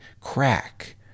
crack